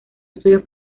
estudios